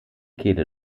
kehle